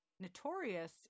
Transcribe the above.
notorious